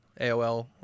AOL